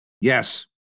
Yes